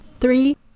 Three